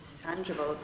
tangible